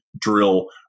drill